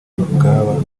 bw’aba